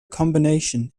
combination